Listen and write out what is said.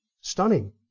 Stunning